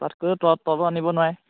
তাতকৈ তলত আনিব নোৱাৰে